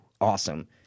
Awesome